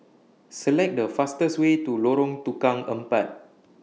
Select The fastest Way to Lorong Tukang Empat